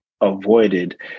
avoided